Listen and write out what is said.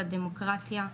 לדמוקרטיה,